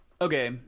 Okay